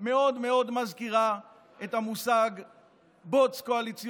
מאוד מאוד מזכירה את המושג בוץ,